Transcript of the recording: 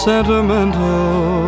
Sentimental